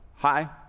Hi